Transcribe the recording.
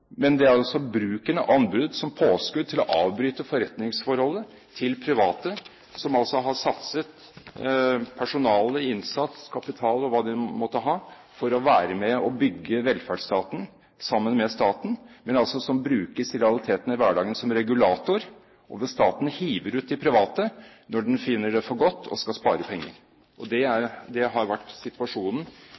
men det er altså bruken av anbud som påskudd til å avbryte forretningsforholdet til private, som har satset personale, innsats, kapital og hva de måtte ha for å være med og bygge velferdsstaten sammen med staten, men som i realiteten i hverdagen brukes som regulator, og så hiver staten ut de private når den finner det for godt og skal spare penger. Det har vært situasjonen